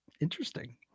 Interesting